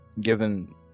given